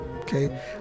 okay